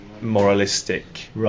moralistic